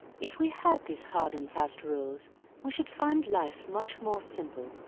if we had these hard and fast rules we should find life much more simple.